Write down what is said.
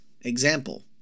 Example